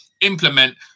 implement